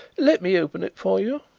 let me open it for you.